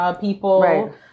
people